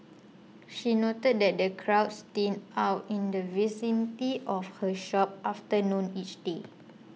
she noted that the crowds thin out in the vicinity of her shop after noon each day